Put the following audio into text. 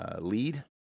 Lead